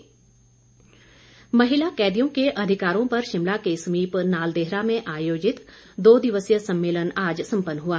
बिंदल महिला कैदियों के अधिकारों पर शिमला के समीप नालदेहरा में आयोजित दो दिवसीय सम्मेल आज सम्पन्न हुआ